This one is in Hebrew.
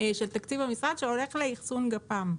של תקציב במשרד שהולך לאחסון גפ"מ.